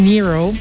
Nero